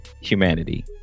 humanity